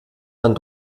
man